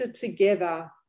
together